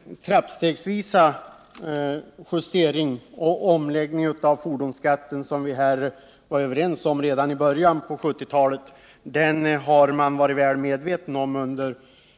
Herr talman! Den trappstegsvisa justering och omläggning av fordonsskatten som vi var överens om redan i början av 1970-talet har man varit väl medveten om under